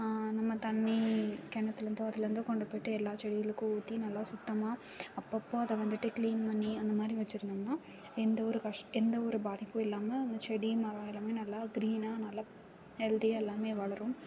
நம்ம தண்ணி கிணத்துலருந்தோ ஆற்றுலருந்தோ கொண்டு போயிட்டு எல்லாம் செடிகளுக்கும் ஊற்றி நல்லா சுத்தமாக அப்போப்போ அதை வந்துட்டு க்ளீன் பண்ணி அந்த மாதிரி வச்சிருந்தோம்னா எந்த ஒரு கஸ்ட் எந்த ஒரு பாதிப்பும் இல்லாமல் அந்த செடியும் மரமும் எல்லாம் நல்லா கிரீன்னா நல்லா ஹெல்தியாக எல்லாம் வளரும்